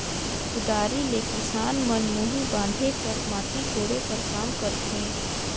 कुदारी ले किसान मन मुही बांधे कर, माटी कोड़े कर काम करथे